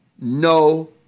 no